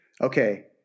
Okay